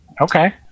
Okay